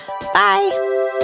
bye